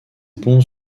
bons